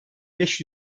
beş